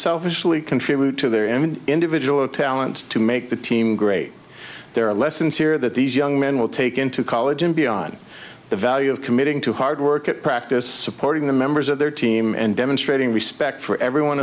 selfishly contribute to their in an individual talent to make the team great there are lessons here that these young men will take into college and beyond the value of committing to hard work at practice supporting the members of their team and demonstrating respect for everyone